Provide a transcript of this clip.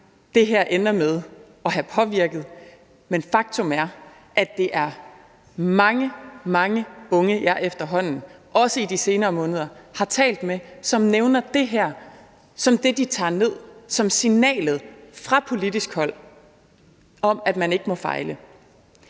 det her ender med at have påvirket. Men faktum er, at det er mange, mange unge, jeg efterhånden – også i de senere måneder – har talt med, som nævner det her som det, de tager ned, som signalet fra politisk hold om, at man ikke må fejle.